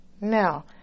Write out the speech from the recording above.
Now